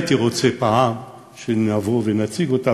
הייתי רוצה פעם שנבוא ונציג אותה,